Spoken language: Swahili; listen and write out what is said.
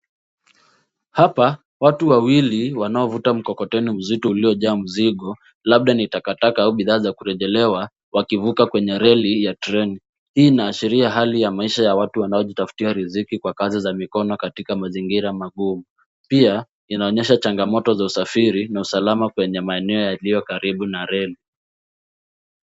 Hapa watu wawili wanaovuta mkokoteni mzito uliyojaa mzingo labda ni takataka au bidhaa kurejelewa wakivuka kwenye reli ya traini. Hii inaashiria hali ya maisha ya watu wanaojitafutia riziki kwa kazi za mikono katika mazingira magumu pia inaonyesha chagamoto za usafiri na usalama kwenye maeneo yaliyokaribu na reli.